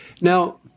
Now